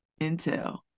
intel